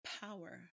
power